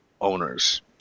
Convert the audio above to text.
owners